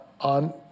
on